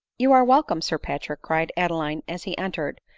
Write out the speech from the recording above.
you are welcome, sir patrick! cried adeline as he entered,